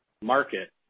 market